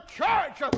church